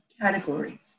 categories